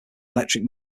electric